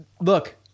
look